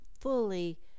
fully